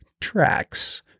tracks